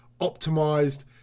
optimized